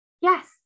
Yes